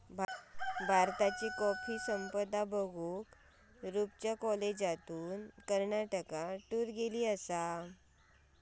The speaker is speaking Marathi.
भारताची कॉफी संपदा बघूक रूपच्या कॉलेजातना कर्नाटकात टूर गेली